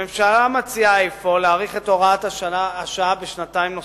הממשלה מציעה אפוא להאריך את הוראת השעה בשנתיים נוספות,